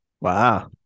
Wow